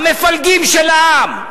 המפלגים של העם.